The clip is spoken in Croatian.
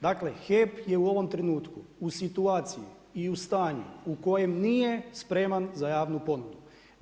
Dakle, HEP je u ovom trenutku u situaciji i u stanju u kojem nije spreman za javnu ponudu.